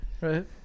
Right